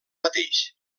mateix